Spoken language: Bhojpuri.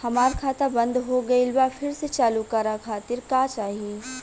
हमार खाता बंद हो गइल बा फिर से चालू करा खातिर का चाही?